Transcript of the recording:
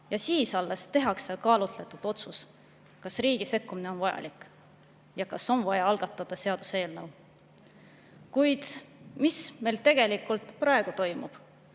ja alles siis tehakse kaalutletud otsus, kas riigi sekkumine on vajalik ja kas on vaja algatada seaduseelnõu. Kuid mis meil tegelikult praegu toimub?